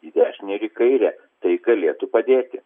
į dešinę ir į kairę tai galėtų padėti